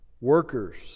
workers